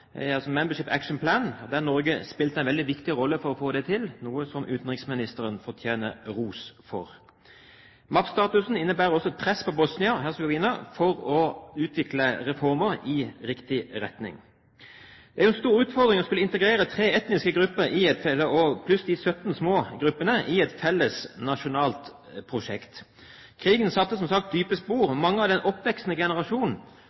Norge spilte en viktig rolle for å få dette til, noe utenriksministeren fortjener ros for. MAP-statusen innebærer også et press på Bosnia-Hercegovina for å utvikle reformer i riktig retning. Det er en stor utfordring å skulle integrere tre etniske og 17 små grupper i et felles nasjonalt prosjekt. Krigen satte som sagt dype spor.